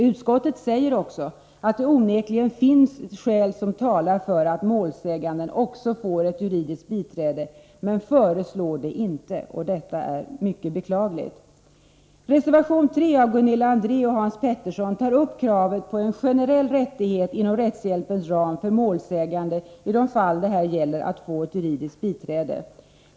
Utskottet säger också att det onekligen finns skäl som talar för att målsäganden får ett juridiskt biträde, men föreslår det inte — och det är mycket beklagligt. Reservation 3 av Gunilla André och Hans Petersson i Röstånga tar upp kravet på en generell rättighet inom rättshjälpens ram för målsägande i de fall det här gäller att få ett juridiskt biträde.